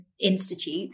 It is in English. institute